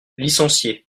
licencié